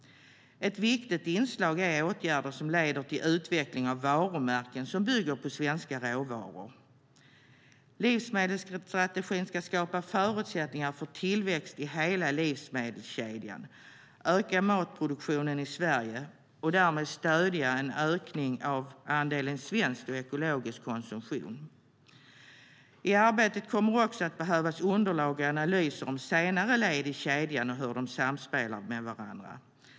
Ett viktigt inslag är åtgärder som leder till utveckling av varumärken som bygger på svenska råvaror. Livsmedelsstrategin ska skapa förutsättningar för tillväxt i hela livsmedelskedjan, öka matproduktionen i Sverige och därmed stödja en ökning av andelen konsumtion av svenska och ekologiska livsmedel. I arbetet kommer också att behövas underlag och analyser om senare led i kedjan och hur de samspelar med varandra.